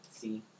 see